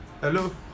Hello